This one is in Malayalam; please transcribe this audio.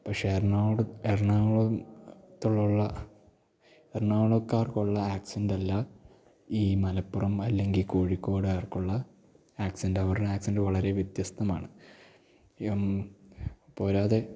പക്ഷേ എറണാകുളത്ത് എറണാകുളത്ത് ഉള്ള എറണാകുളംകാർക്കുള്ള ആക്സന്റ് അല്ല ഈ മലപ്പുറം അല്ലെങ്കിൽ കോഴിക്കോട്ടുകാർക്കുള്ള ആക്സൻറ്റ് അവരുടെ ആക്സൻറ്റ് വളരേ വ്യത്യസ്തമാണ് പോരാതെ